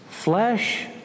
flesh